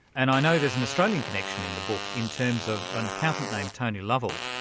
and i know there's an australian connection in the book, in terms of an accountant named tony lovell,